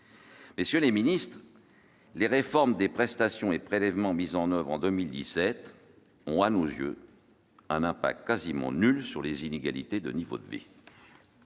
Messieurs les ministres, les réformes des prestations et prélèvements mises en oeuvre en 2017 ont, à nos yeux, un impact quasi nul sur les inégalités de niveau de vie.